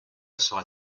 sera